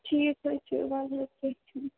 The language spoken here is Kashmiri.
ٹھیٖک حظ چھُ وۅلہٕ حظ کیٚنٛہہ چھُنہٕ